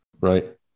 Right